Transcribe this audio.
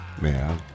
man